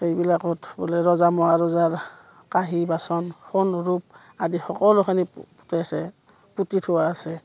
সেইবিলাকত বোলে ৰজা মহৰজা কাঁহী বাচন সোণ ৰূপ আদি সকলোখিনি পোতা আছে পুতি থোৱা আছে